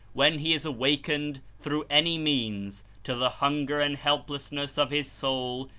when he is awakened through any means to the hunger and help lessness of his soul,